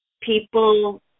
people